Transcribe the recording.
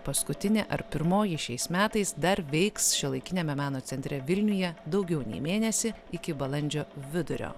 paskutinė ar pirmoji šiais metais dar veiks šiuolaikiniame meno centre vilniuje daugiau nei mėnesį iki balandžio vidurio